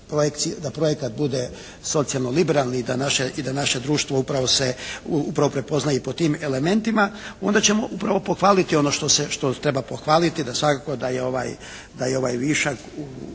da projekat bude socijalno liberalni i da naše društvo upravo se, upravo prepoznaje i po tim elementima onda ćemo upravo pohvaliti ono što se, što treba pohvaliti, da svakako da je ovaj višak u